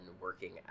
working